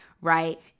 right